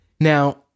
Now